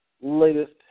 latest